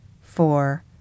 four